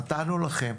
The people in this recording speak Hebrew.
נתנו לכם.